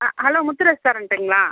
hello Muthu ரெஸ்ட்டாரெண்டுங்களா